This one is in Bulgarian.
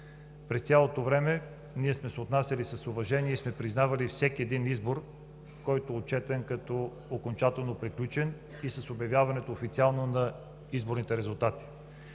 През цялото време ние сме се отнасяли с уважение и сме признавали всеки един избор, който е отчетен като окончателно приключен и с окончателното обявяване на изборните резултати.